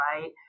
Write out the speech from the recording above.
right